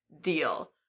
deal